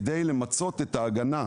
כדי למצות את ההגנה,